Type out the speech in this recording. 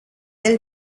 ill